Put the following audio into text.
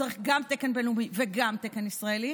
הוא צריך גם תקן בין-לאומי וגם תקן ישראלי.